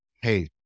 hey